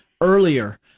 earlier